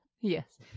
Yes